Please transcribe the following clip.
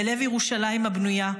בלב ירושלים הבנויה,